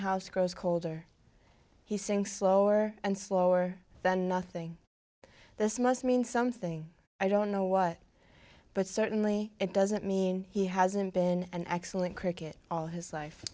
house grows colder he sings slower and slower than nothing this must mean something i don't know what but certainly it doesn't mean he hasn't been an excellent cricket all his life